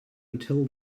until